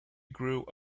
grew